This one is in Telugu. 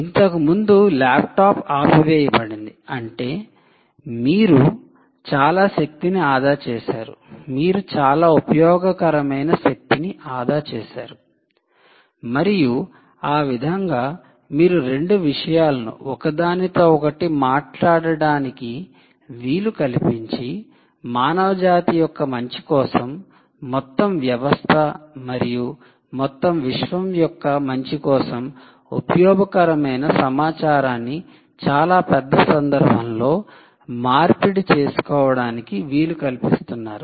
ఇంతకుముందు ల్యాప్టాప్ ఆపివేయబడింది అంటే మీరు చాలా శక్తిని ఆదా చేసారు మీరు చాలా ఉపయోగకరమైన శక్తిని ఆదా చేసారు మరియు ఆ విధంగా మీరు 2 విషయాలను ఒకదానితో ఒకటి మాట్లాడటానికి వీలు కలిపించి మానవజాతి యొక్క మంచి కోసం మొత్తం వ్యవస్థ మరియు మొత్తం విశ్వం యొక్క మంచి కోసం ఉపయోగకరమైన సమాచారాన్ని చాలా పెద్ద సందర్భంలో మార్పిడి చేసుకోవడానికి వీలు కల్పిస్తున్నారు